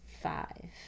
five